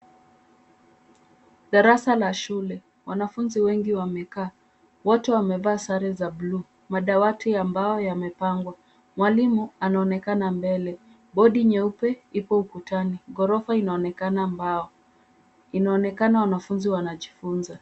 Darasa la shule, wanafunzi wengi wamekaa, wote wamevaa sare za buluu madawati ya mbao yamepangwa, mwalimu anaonekana mbele, bodi nyeupe ipo ukutani, ghorofa inaonekana mbao, inaonekana wanafunzi wanajifunza.